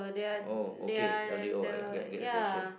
oh okay elderly old ah I get I get the question